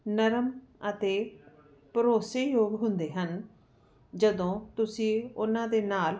ਨਰਮ ਅਤੇ ਭਰੋਸੇ ਯੋਗ ਹੁੰਦੇ ਹਨ ਜਦੋਂ ਤੁਸੀਂ ਉਹਨਾਂ ਦੇ ਨਾਲ